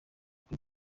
kuri